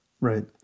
Right